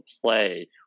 play